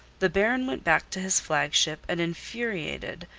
the baron went back to his flagship an infuriated,